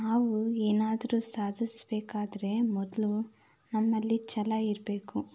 ನಾವು ಏನಾದರೂ ಸಾಧಿಸಬೇಕಾದ್ರೆ ಮೊದಲು ನಮ್ಮಲ್ಲಿ ಛಲ ಇರಬೇಕು